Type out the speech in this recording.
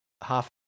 half